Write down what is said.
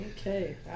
Okay